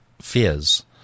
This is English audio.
fears